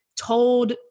told